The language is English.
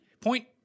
point